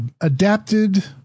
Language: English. adapted